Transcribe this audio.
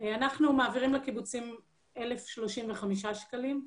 אנחנו מעבירים לקיבוצים 1,035 שקלים.